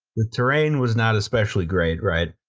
the terrain was not especially great, right?